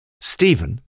Stephen